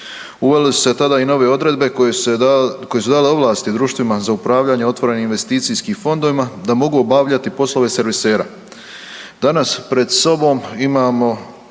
Uvele su se tada i nove odredbe koje su dale ovlasti društvima za upravljanje otvorenim investicijskim fondovima da mogu obavljati poslove servisera.